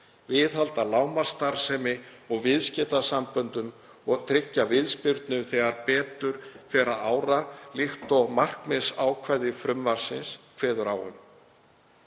viðhalda lágmarksstarfsemi og viðskiptasamböndum og tryggja viðspyrnu þegar betur fer að ára líkt og markmiðsákvæði frumvarpsins kveður á um.